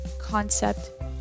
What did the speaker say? concept